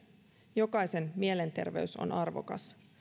jokaisen mielenterveys on arvokas